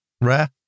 rare